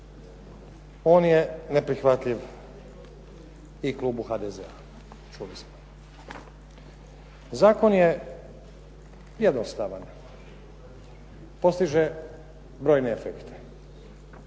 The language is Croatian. On je neprihvatljiv i klubu HDZ-a, čuli smo. Zakon je jednostavan. Postiže brojne efekte.